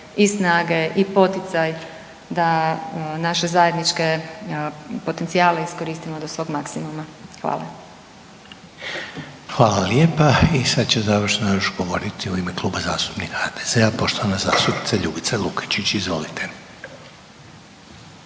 i snage i poticaj da naše zajedničke potencijale iskoristimo do svog maksimuma. Hvala. **Reiner, Željko (HDZ)** Hvala lijepa i sad će završno još govoriti u ime Kluba zastupnika HDZ-a poštovana zastupnica Ljubica Lukačić, izvolite.